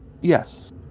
Yes